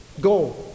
go